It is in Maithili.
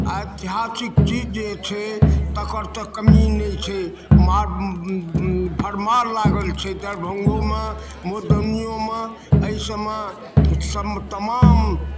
ऐतिहासिक चीज जे छै तकर तऽ कमी नहि छै माल भरमार लागल छै दरभंगोमे मधबनिओमे एहिसभमे सभमे तमाम